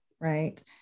right